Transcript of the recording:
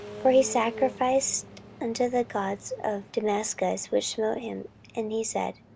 for he sacrificed unto the gods of damascus, which smote him and he said,